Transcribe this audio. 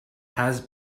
has